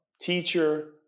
teacher